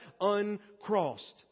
uncrossed